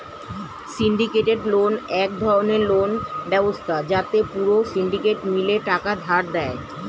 syndicated loan এক ধরণের loan ব্যবস্থা যাতে পুরো সিন্ডিকেট মিলে টাকা ধার দেয়